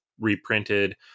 reprinted